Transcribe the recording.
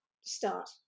start